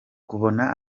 kubona